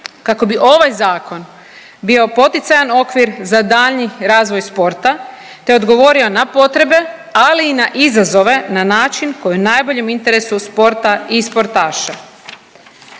kako bi ovaj zakon bio poticajan okvir za daljnji razvoj sporta te odgovorio na potrebe, ali i na izazove na način koji je u najboljem interesu sporta i sportaša.